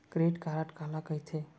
Credit card काला कहिथे?